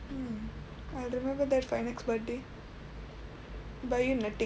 mm I'll remember that for your next birthday buy you netting